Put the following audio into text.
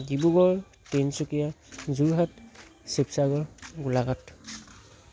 Dibrugarh Tinsukia Jorhat Sivasagar Golaghat